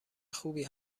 خوبی